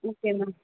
okay ma'am